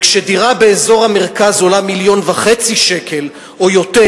וכשדירה באזור המרכז עולה 1.5 מיליון שקל או יותר,